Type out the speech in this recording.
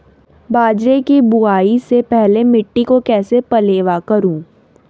बाजरे की बुआई से पहले मिट्टी को कैसे पलेवा करूं?